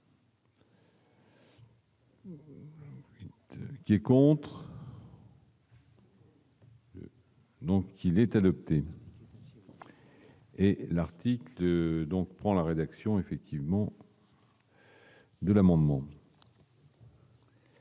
Ces contrats. Donc il est adopté. Et l'article donc prend la rédaction effectivement. De l'amendement.